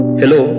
hello